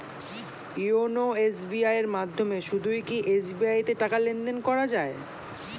YONO SBI এর মাধ্যমে শুধুই কি এস.বি.আই তে টাকা লেনদেন করা যায়?